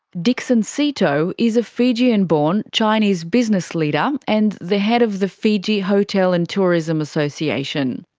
dixon seeto is a fijian born, chinese business leader and the head of the fiji hotel and tourism association.